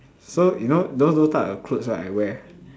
so you know those those type of clothes right I wear